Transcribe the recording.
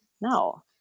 no